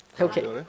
Okay